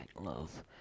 love